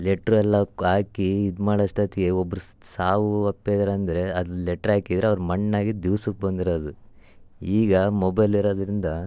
ಲೆಟ್ರೆಲ್ಲ ಕ್ ಹಾಕಿ ಇದು ಮಾಡೋಷ್ಟೊತ್ಗೆ ಒಬ್ಬರು ಸಾವು ಅಪ್ಪಿದ್ದರಂದ್ರೆ ಅದು ಲೆಟ್ರಾಕಿದ್ರೆ ಅವ್ರು ಮಣ್ಣಾಗಿದ್ದ ದಿವ್ಸಕ್ಕೆ ಬಂದಿರೋದು ಈಗ ಮೊಬೈಲ್ ಇರೋದ್ರಿಂದ